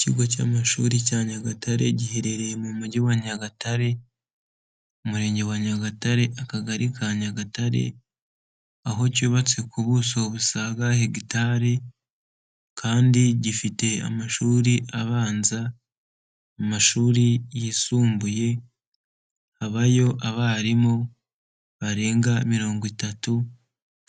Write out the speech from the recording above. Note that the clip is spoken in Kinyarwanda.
Ikigo cy'amashuri cya nyagatare giherereye mu mujyi wa nyagatare ,umurenge wa nyagatare akagari ka nyagatare ,aho cyubatse ku buso busaga hegitari kandi gifite amashuri abanza mu mashuri yisumbuye .Habayo abarimu barenga mirongo itatu